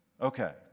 Okay